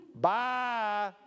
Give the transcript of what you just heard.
bye